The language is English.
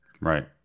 Right